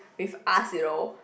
with us you know